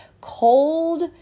Cold